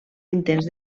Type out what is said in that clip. intents